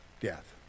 death